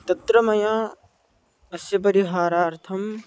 तत्र मया अस्य परिहारार्थं